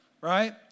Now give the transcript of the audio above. Right